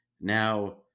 now